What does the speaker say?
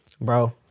Bro